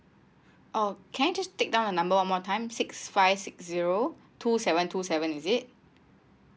oh can I just take down the number one more time six five six zero two seven two seven is it